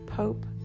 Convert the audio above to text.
Pope